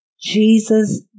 Jesus